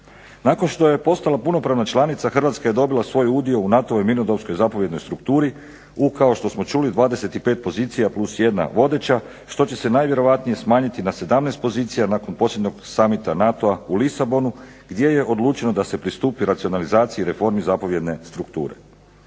Nakon što je postala punopravna članica Hrvatska je dobila svoj udio u NATO-ovoj mirnodopskoj zapovjednoj strukturi u kao što smo čuli 25 pozicija plus jedna vodeća što će se najvjerojatnije smanjiti na 17 pozicija nakon posljednjeg Summita NATO-a u Lisabonu gdje je odlučeno da se pristupi racionalizaciji i reformi zapovjedne strukture.